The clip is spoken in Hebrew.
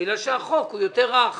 בגלל שהחוק הוא יותר רך